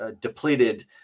depleted